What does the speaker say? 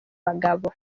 bagabo